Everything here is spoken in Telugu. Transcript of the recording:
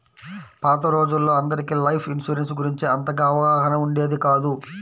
పాత రోజుల్లో అందరికీ లైఫ్ ఇన్సూరెన్స్ గురించి అంతగా అవగాహన ఉండేది కాదు